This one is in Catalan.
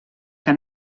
que